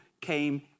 came